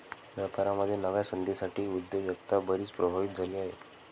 व्यापारामध्ये नव्या संधींसाठी उद्योजकता बरीच प्रभावित झाली आहे